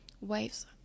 waves